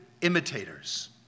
imitators